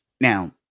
now